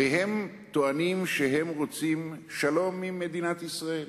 הרי הם טוענים שהם רוצים שלום עם מדינת ישראל,